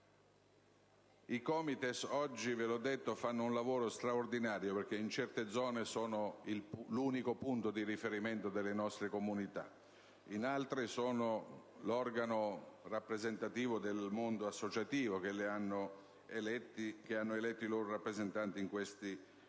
svolgono un lavoro straordinario perché in certe zone sono l'unico punto di riferimento delle nostre comunità, in altre l'organo rappresentativo del mondo associativo che ha eletto i suoi rappresentanti. Però, il